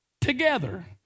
together